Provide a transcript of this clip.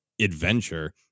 adventure